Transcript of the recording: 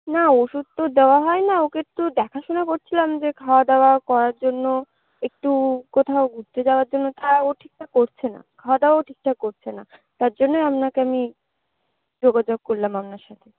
না ওষুধ তো দেওয়া হয় না ওকে একটু দেখাশোনা করছিলাম যে খাওয়া দাওয়া করার জন্য একটু কোথাও ঘুরতে যাওয়ার জন্য তা ও ঠিকঠাক করছে না খাওয়া দাওয়াও ঠিকঠাক করছে না তার জন্যই আপনাকে আমি যোগাযোগ করলাম আপনার সাথে